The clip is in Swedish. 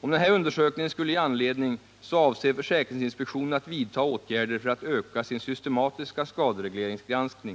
Om denna undersökning skulle ge anledning härtill, avser försäkringsinspektionen att vidta åtgärder för att öka sin systematiska skaderegleringsgranskning.